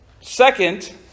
Second